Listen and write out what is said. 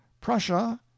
prussia